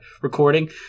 recording